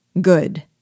Good